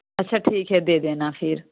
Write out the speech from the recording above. अच्छा ठीक है दे देना फ़िर